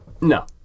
No